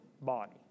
body